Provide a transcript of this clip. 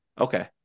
Okay